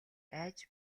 айж